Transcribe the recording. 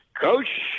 Coach